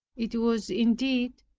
it was indeed,